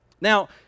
Now